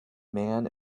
man